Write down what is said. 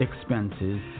expenses